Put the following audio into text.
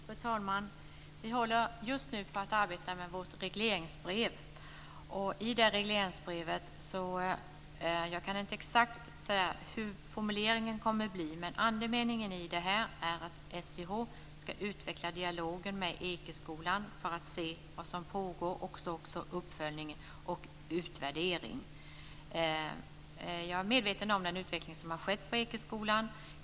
Fru talman! Vi håller just nu på att arbeta med vårt regleringsbrev. I regleringsbrevet står det om det här. Jag kan inte exakt säga hur formuleringen kommer att bli, men andemeningen är att SIH ska utveckla dialogen med Ekeskolan för att se vad som pågår. Det gäller också uppföljning och utvärdering. Jag är medveten om den utveckling som har skett på Ekeskolan.